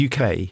UK